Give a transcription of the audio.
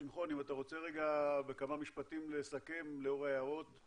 שמחון, אם אתה רוצה בכמה משפטים לסכם לאור ההערות.